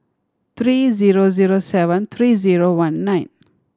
three zero zero seven three zero one nine